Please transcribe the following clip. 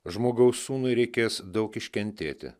žmogaus sūnui reikės daug iškentėti